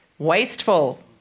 Wasteful